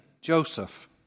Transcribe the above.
Joseph